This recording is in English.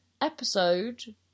episode